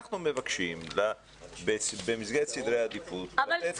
אנחנו מבקשים במסגרת סדרי העדיפות --- אבל מאיר,